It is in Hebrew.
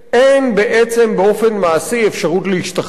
אין בעצם, באופן מעשי, אפשרות להשתחרר.